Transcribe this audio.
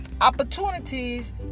Opportunities